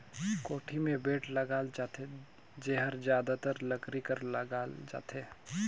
कोड़ी मे बेठ लगाल जाथे जेहर जादातर लकरी कर लगाल जाथे